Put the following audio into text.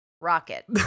rocket